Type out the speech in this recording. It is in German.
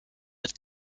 wird